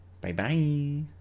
Bye-bye